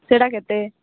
ସେଇଟା କେତେ